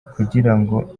kugirango